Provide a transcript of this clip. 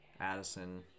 Addison